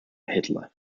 hitler